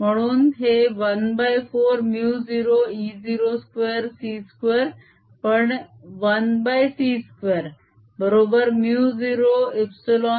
म्हणून हे 14μ0e02c2 पण 1c2 बरोबर μ0ε0